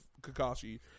Kakashi